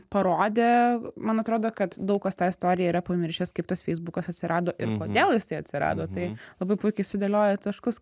parodė man atrodo kad daug kas tą istoriją yra pamiršęs kaip tas feisbukas atsirado ir kodėl jisai atsirado tai labai puikiai sudėlioja taškus